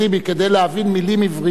כדי להבין מלים עבריות,